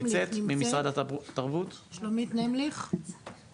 משרד התרבות, לא תומך בסיפור הזה בתקנת מוזיאונים.